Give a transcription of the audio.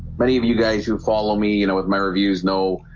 many of you guys who follow me, you know with my reviews. no,